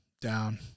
Down